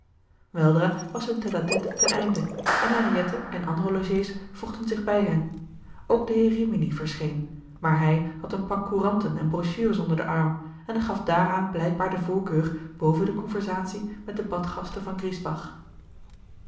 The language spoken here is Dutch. weldra was hun tête-à-tête ten einde en henriette en andere logés voegden zich bij hen ook de heer rimini verscheen maar hij had een pak couranten en brochures onder den arm en gaf daaraan blijkbaar de voorkeur boven de conversatie met de badgasten van